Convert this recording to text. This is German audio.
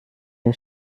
der